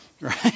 Right